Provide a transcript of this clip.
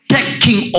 Taking